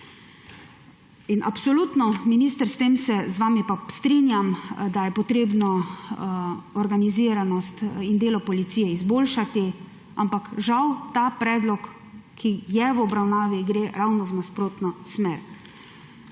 Absolutno, minister, s tem se z vami pa strinjam, da je treba organiziranost in delo policije izboljšati, ampak žal ta predlog, ki je v obravnavi, gre ravno v nasprotno smer.